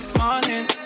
morning